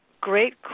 great